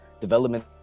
development